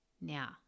now